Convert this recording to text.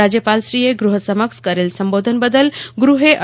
રાજ્યપાલશ્રીએ ગૃહ સમક્ષ કરેલ સંબોધન બદલ ગૃહે તા